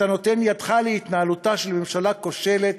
אתה נותן ידך להתנהלותה של ממשלה כושלת